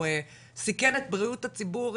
הוא סיכן את בריאות הציבור,